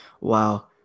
Wow